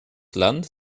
land